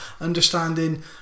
Understanding